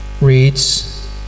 reads